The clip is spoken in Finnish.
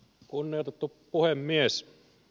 kunnioitettu puhemies